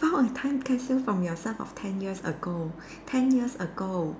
saw a time capsule from yourself of ten years ago ten years ago